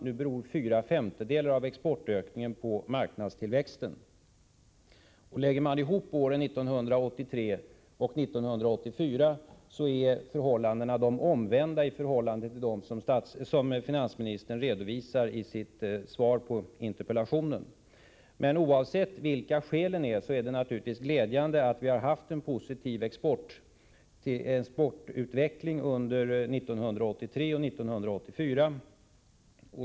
Nu beror fyra femtedelar av exportökningen på marknadstillväxten. Lägger man ihop åren 1983 och 1984, är förhållandena omvända i förhållande till vad finansministern redovisade i sitt interpellationssvar. Oavsett vilka skälen är, är det naturligtvis glädjande att vi har haft en positiv exportutveckling under 1983 och 1984.